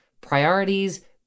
priorities